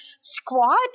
squat